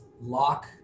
lock